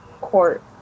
court